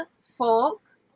folk